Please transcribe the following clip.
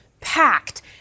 packed